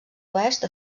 oest